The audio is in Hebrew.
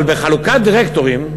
אבל בחלוקת דירקטורים,